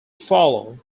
follow